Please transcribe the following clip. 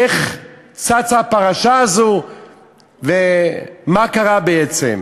איך צצה הפרשה הזאת ומה קרה בעצם.